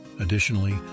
Additionally